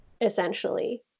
essentially